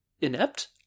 inept